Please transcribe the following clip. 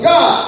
God